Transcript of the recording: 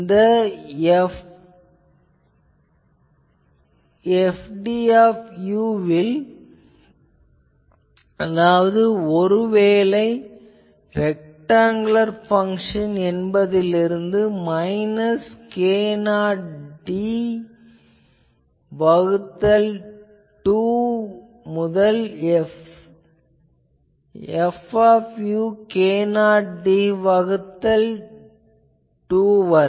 இந்த Fd வில் அதாவது ஒருவேளை ரெக்டாங்குலர் பங்சன் என்பதிலிருந்து மைனஸ் k0d வகுத்தல் 2 முதல் Fd k0d வகுத்தல் 2 வரை